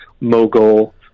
mogul